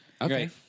Okay